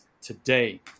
today